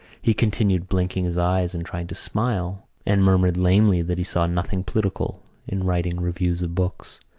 he continued blinking his eyes and trying to smile and murmured lamely that he saw nothing political in writing reviews of books.